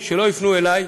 סיכוי, שלא יפנו אלי,